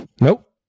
Nope